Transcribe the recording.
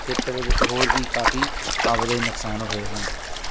ਖੇਤਰ ਦੇ ਵਿੱਚ ਹੋਰ ਵੀ ਕਾਫੀ ਆਵਾਜਾਈ ਨੁਕਸਾਨ ਹੋਏ ਹਨ